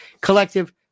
collective